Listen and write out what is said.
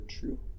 true